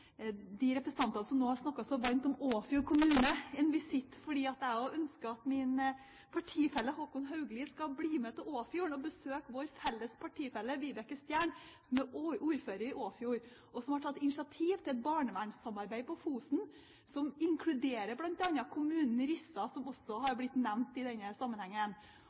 de representantene som nå har snakket så varmt om Åfjord kommune, en visitt, for også jeg ønsker at min partifelle Håkon Haugli skal bli med til Åfjord og besøke vår felles partifelle Vibeke Stjern, som er ordfører i Åfjord, og som har tatt initiativ til et barnevernssamarbeid på Fosen, som inkluderer bl.a. kommunen Rissa, som også er blitt nevnt i denne sammenhengen.